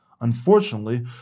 Unfortunately